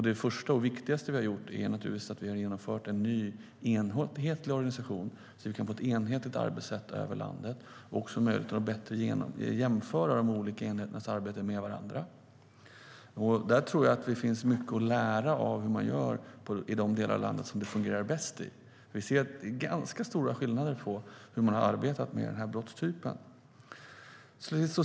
Det första och viktigaste vi har gjort är att vi har skapat en ny, enhetlig organisation för att få ett enhetligt arbetssätt över landet och bättre möjlighet att jämföra de olika enheternas arbete med varandra. Jag tror att det finns mycket att lära av hur man gör i de delar av landet där det fungerar bäst. Vi ser ganska stora skillnader i hur man har arbetat med den här brottstypen.